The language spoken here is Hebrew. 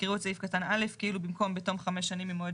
יקראו את סעיף קטן (א) כאילו במקום "בתום חמש שנים ממועד